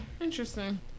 Interesting